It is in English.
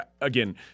Again